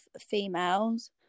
females